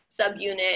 subunit